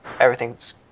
everything's